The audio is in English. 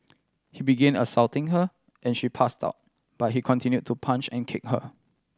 he begin assaulting her and she passed out but he continue to punch and kick her